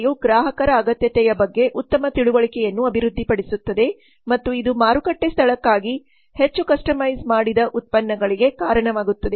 ಸ್ಪರ್ಧೆಯು ಗ್ರಾಹಕರ ಅಗತ್ಯತೆಯ ಬಗ್ಗೆ ಉತ್ತಮ ತಿಳುವಳಿಕೆಯನ್ನು ಅಭಿವೃದ್ಧಿಪಡಿಸುತ್ತದೆ ಮತ್ತು ಇದು ಮಾರುಕಟ್ಟೆ ಸ್ಥಳಕ್ಕಾಗಿ ಹೆಚ್ಚು ಕಸ್ಟಮೈಸ್ ಮಾಡಿದ ಉತ್ಪನ್ನಗಳಿಗೆ ಕಾರಣವಾಗುತ್ತದೆ